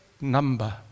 number